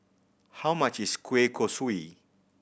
how much is kueh kosui